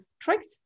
tricks